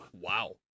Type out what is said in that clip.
wow